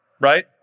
right